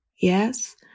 Yes